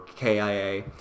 KIA